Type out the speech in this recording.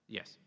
Yes